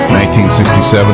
1967